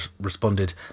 responded